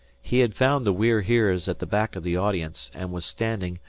he had found the we're heres at the back of the audience, and was standing,